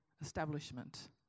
establishment